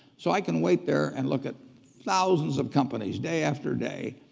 so i can wait there and look at thousands of companies day after day,